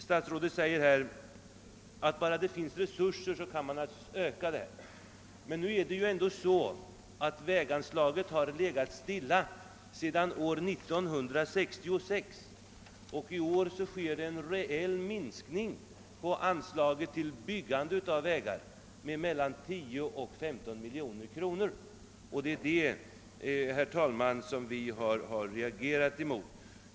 Statsrådet framhöll att man naturligtvis kan höja anslaget bara det finns resurser men att de totala medlen till vägväsendet ju inte har ökats sedan år 1966. I år sker det emellertid t.o.m. en reell minskning av anslaget till byggande av vägar på mellan 10 och 15 miljoner, och det är detta, herr talman, som vi regagerar mot.